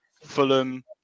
Fulham